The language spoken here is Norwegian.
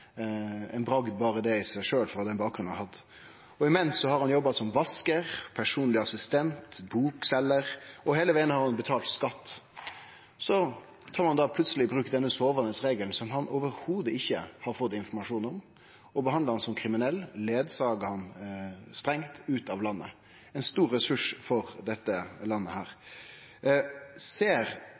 det ei bragd i seg sjølv, med den bakgrunnen han har. Imens har han jobba som vaskar, personleg assistent, bokseljar, og heile vegen har han betalt skatt. Så har ein då plutseleg brukt denne sovande regelen som han i det heile ikkje har fått informasjon om, og behandlar han som ein kriminell og eskorterer han strengt ut av landet – ein stor ressurs for dette landet. Ser